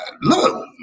Look